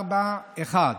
בסעיף 4(1)